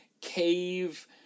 cave